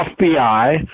FBI